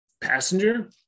Passenger